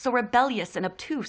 so rebellious and up to